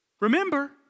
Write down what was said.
Remember